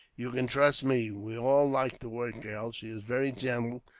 you can trust me. we all like the white girl. she is very gentle,